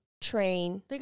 train